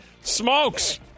Smokes